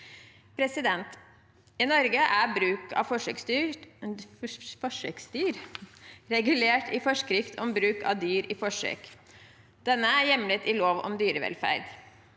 I Norge er bruk av forsøksdyr regulert i forskrift om bruk av dyr i forsøk. Den er hjemlet i lov om dyrevelferd.